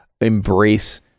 embrace